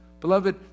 Beloved